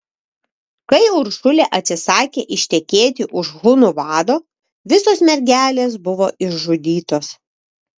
kai uršulė atsisakė ištekėti už hunų vado visos mergelės buvo išžudytos